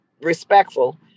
respectful